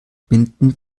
binden